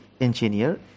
engineer